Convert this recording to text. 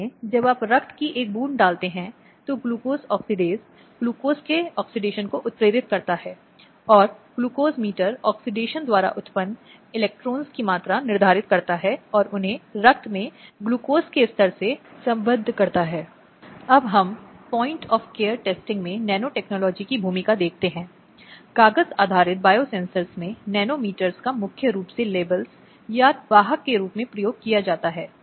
इसलिए ये कुछ ऐसे अपराध हैं जिन्हें भारतीय दंड संहिता में महिलाओं के विरुद्ध सूचीबद्ध किया गया है और आम तौर पर हम इन अपराधों के कुछ रूपों को देखने की कोशिश करेंगे संरक्षण को समझने के लिए जो उन्हें दिया जाता है